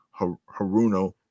Haruno